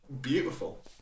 beautiful